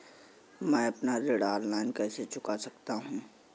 मैं अपना ऋण ऑनलाइन कैसे चुका सकता हूँ?